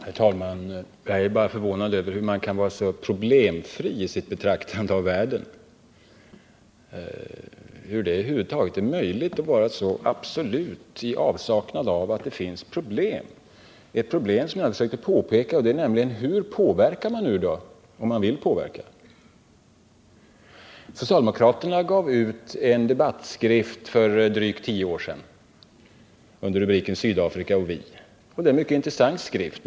Herr talman! Jag är förvånad över att man kan vara så problemfri i sitt betraktande av världen — att det över huvud taget är möjligt att vara i så absolut avsaknad av känsla för att det finns problem. Ett problem som jag har försökt framhålla är detta: Hur påverkar man, om man nu vill påverka? Socialdemokraterna gav ut en debattskrift för drygt tio år sedan med rubriken Sydafrika och vi. Det är en mycket intressant skrift.